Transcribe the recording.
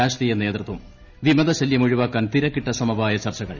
രാഷ്ട്രീയ നേതൃത്വം വിമതശ്ല്പ്പൂർ ഒഴിവാക്കാൻ തിരക്കിട്ട സമവായ ചർച്ചകൾ